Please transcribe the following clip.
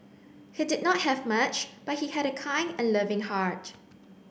he did not have much but he had a kind and loving heart